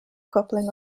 coupling